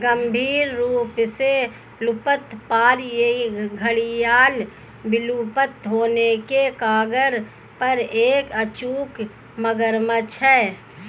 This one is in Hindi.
गंभीर रूप से लुप्तप्राय घड़ियाल विलुप्त होने के कगार पर एक अचूक मगरमच्छ है